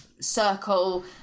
circle